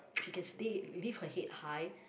he can stay leave her head high